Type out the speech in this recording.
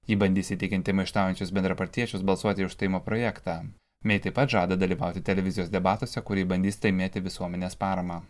ji bandys įtikinti maištaujančius bendrapartiečius balsuoti už išstojimo projektą mei taip pat žada dalyvauti televizijos debatuose kur ji bandys laimėti visuomenės paramą